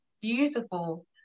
beautiful